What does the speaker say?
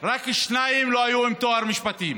רק שניים לא היו עם תואר במשפטים,